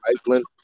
Iceland